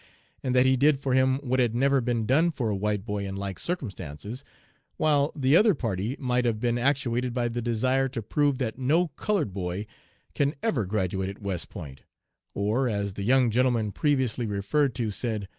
and that he did for him what had never been done for a white boy in like circumstances while the other party might have been actuated by the desire to prove that no colored boy can ever graduate at west point or, as the young gentleman previously referred to said,